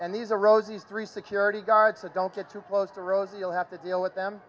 and these are rosie's three security guards that don't get too close to rosie o have to deal with them